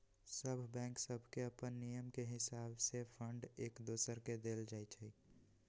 सभ बैंक सभके अप्पन नियम के हिसावे से फंड एक दोसर के देल जाइ छइ